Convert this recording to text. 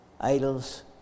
idols